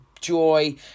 joy